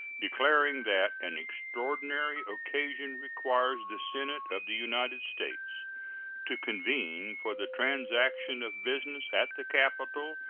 declaring that an extraordinary occasion requires the senate of the united states to convene for the transaction of business at the capitol,